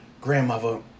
grandmother